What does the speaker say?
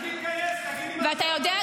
אחרי שתתגייס תגיד אם הצבא יודע --- ואתה יודע מה,